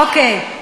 אוקיי.